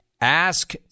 ask